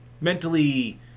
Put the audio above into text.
mentally